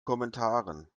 kommentaren